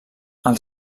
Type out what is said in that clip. els